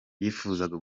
yifuzaga